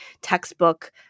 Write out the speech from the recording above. textbook